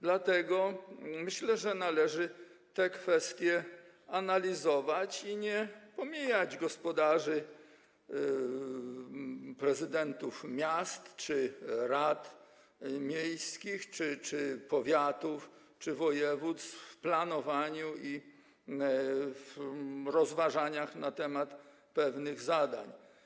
Dlatego myślę, że należy te kwestie analizować i nie pomijać gospodarzy, prezydentów miast czy rad miejskich, czy powiatów, czy województw w planowaniu i w rozważaniach na temat pewnych zadań.